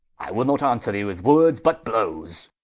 i will not answer thee with words, but blowes.